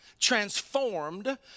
Transformed